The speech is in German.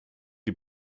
die